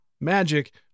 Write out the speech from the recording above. magic